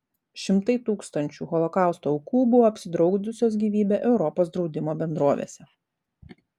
šimtai tūkstančių holokausto aukų buvo apsidraudusios gyvybę europos draudimo bendrovėse